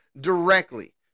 directly